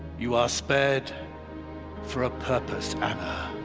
you are spared for a purpose anna.